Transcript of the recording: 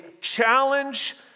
challenge